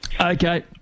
Okay